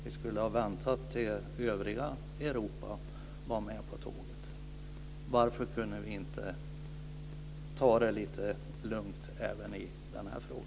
Vi skulle ha väntat tills övriga Europa var med på tåget. Varför kunde vi inte ta det lite lugnt även i denna fråga?